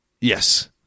Yes